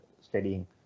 studying